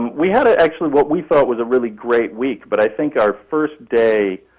we had ah actually what we thought was a really great week, but i think our first day,